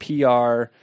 PR